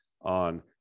on